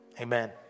amen